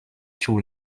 chu